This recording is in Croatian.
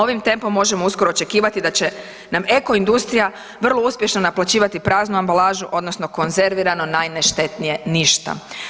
Ovim tempom možemo uskoro očekivati da će nam eko industrija vrlo uspješno naplaćivati praznu ambalažu odnosno konzervirano najneštetnije ništa.